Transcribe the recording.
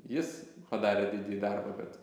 jis padarė didįjį darbą bet